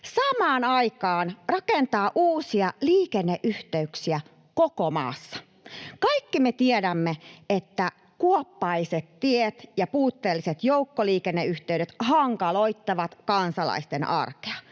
samaan aikaan rakentaa uusia liikenneyhteyksiä koko maassa. Kaikki me tiedämme, että kuoppaiset tiet ja puutteelliset joukkoliikenneyhteydet hankaloittavat kansalaisten arkea.